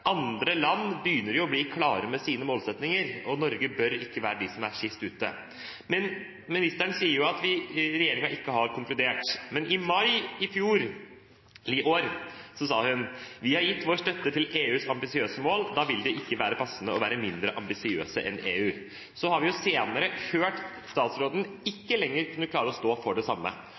Andre land begynner å bli klare med sine målsettinger, og Norge bør ikke være dem som er sist ute. Ministeren sier at regjeringen ikke har konkludert. Men i mai i år sa hun: «Vi har gitt støtte til EUs ambisiøse mål. Da vil det ikke være passende å være mindre ambisiøse enn EU.» Så har vi senere hørt at statsråden ikke lenger kunne klare å stå for det samme,